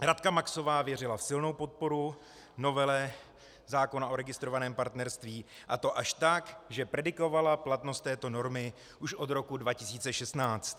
Radka Maxová věřila v silnou podporu novely zákona o registrovaném partnerství, a to až tak, že predikovala platnost této normy už od roku 2016.